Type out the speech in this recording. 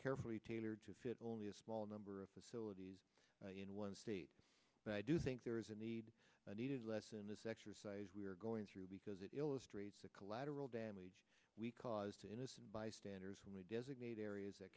tailored to fit only a small number of facilities in one state but i do think there is a need needed less in this exercise we are going through because it illustrates the collateral damage we caused to innocent bystanders when we designate areas that